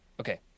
Okay